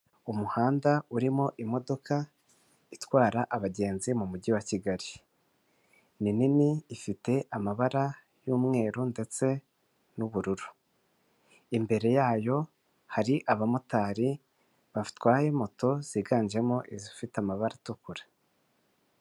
Umuhanda urimo imodoka itwara abagenzi mu mujyi wa Kigali ni nini ifite amabara y'umweru ndetse n'ubururu. Imbere yayo hari abamotari batwaye moto ziganjemo izifite amabara atukura.